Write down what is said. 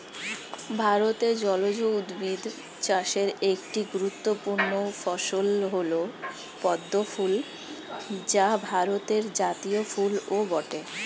ভারতে জলজ উদ্ভিদ চাষের একটি গুরুত্বপূর্ণ ফসল হল পদ্ম ফুল যা ভারতের জাতীয় ফুলও বটে